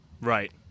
Right